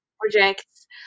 projects